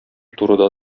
турыда